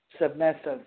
submissive